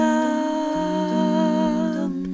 up